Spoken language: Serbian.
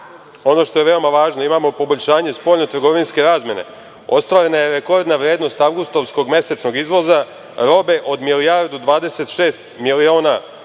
što je veoma važno, imamo poboljšanje spoljnotrgovinske razmene. Ostvarena rekordna vrednost avgustovskog mesečnog izvoza robe od 1,26 milijardi